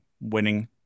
winning